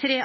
Tre